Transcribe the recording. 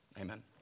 Amen